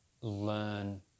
learn